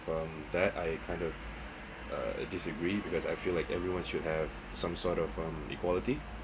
from that I kind of uh disagree because I feel like everyone should have some sort of um equality